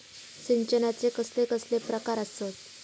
सिंचनाचे कसले कसले प्रकार आसत?